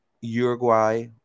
Uruguay